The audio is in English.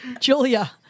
Julia